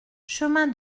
chemin